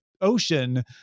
ocean